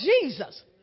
Jesus